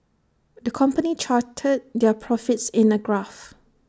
the company charted their profits in A graph